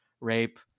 rape